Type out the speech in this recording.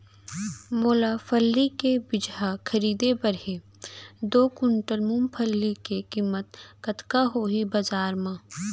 मोला फल्ली के बीजहा खरीदे बर हे दो कुंटल मूंगफली के किम्मत कतका होही बजार म?